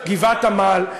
גבעת-עמל,